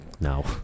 No